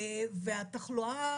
והתחלואה